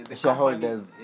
shareholders